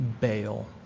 bail